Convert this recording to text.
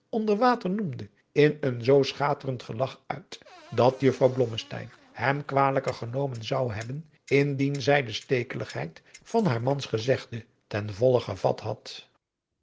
water noemde in een zoo schaterend gelach uit dat juffrouw blommesteyn hem kwalijker genomen zou hebben indien zij de stekeligheid van haar mans gezegde ten volle gevat had